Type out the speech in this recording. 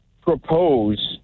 propose